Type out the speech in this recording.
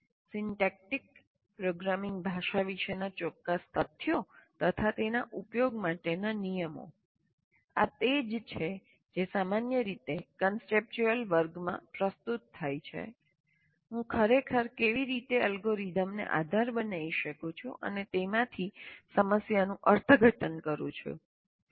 તે છે syntactic programming ભાષા વિશેનાં ચોક્કસ તથ્યો અને તેના ઉપયોગ માટેના નિયમો આ તે જ છે જે સામાન્ય રીતે કન્સેપ્ચ્યુઅલ વર્ગમાં પ્રસ્તુત થાય છે કમ્પ્યુટર પ્રોગ્રામિંગ બાંધકામો અને સિદ્ધાંતો હું ખરેખર કેવી રીતે અલ્ગોરિધમને આધાર બનાવી શકું છું અને તેમાંથી સમસ્યાનું અર્થઘટન કરું છું